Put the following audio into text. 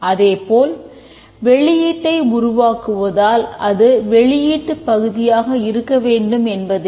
அதேபோல் வெளியீட்டை உருவாக்குவதால் இது வெளியீட்டுப் பகுதியாக இருக்கவேண்டும் என்பதில்லை